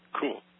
Cool